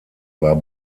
war